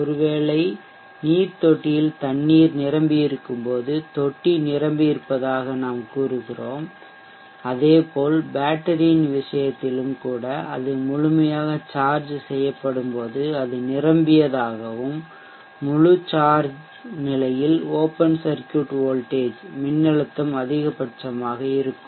ஒரு வேளை நீர் தொட்டியில் தண்ணீர் நிரம்பியிருக்கும் போது தொட்டி நிரம்பியிருப்பதாக நாம் கூறுகிறோம் அதேபோல் பேட்டரியின் விஷயத்திலும் கூட அது முழுமையாக சார்ஜ் செய்யப்படும்போது அது நிரம்பியதாகவும் முழு சார்ஜ் நிலையில் ஓப்பன் சர்க்யூட் வோல்டேஜ் மின்னழுத்தம் அதிகபட்சமாக இருக்கும்